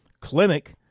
Clinic